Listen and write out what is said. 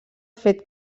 fet